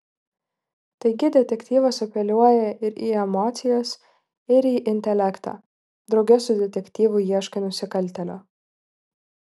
taigi detektyvas apeliuoja ir į emocijas ir į intelektą drauge su detektyvu ieškai nusikaltėlio